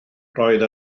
roedd